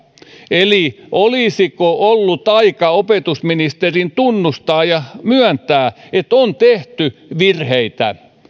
eli olisiko ollut aika opetusministerin tunnustaa ja myöntää että on tehty virheitä